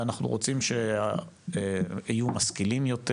אנחנו רוצים שיהיו משכילים יותר,